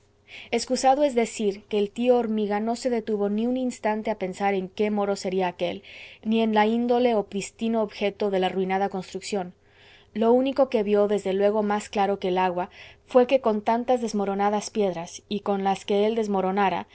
excusado es decir que el tío hormiga no se detuvo ni un instante a pensar en qué moro sería aquél ni en la índole o pristino objeto de la arruinada construcción lo único que vió desde luego más claro que el agua fué que con tantas desmoronadas piedras y con las que él desmoronara